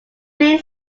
main